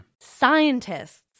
scientists